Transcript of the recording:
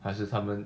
还是他们